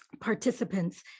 participants